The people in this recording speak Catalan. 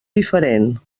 diferent